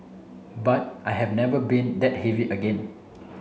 but I have never been that heavy again